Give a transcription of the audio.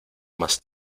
más